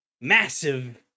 massive